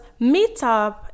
Meetup